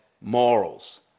morals